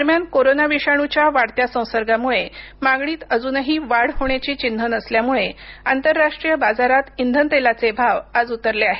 दरम्यान कोरोना विषाणूच्या वाढत्या संसर्गामुळे मागणीत अजूनही वाढ होण्याची चिन्हं नसल्यामुळे आंतरराष्ट्रीय बाजारात इंधन तेलाचे भाव आज उतरले आहेत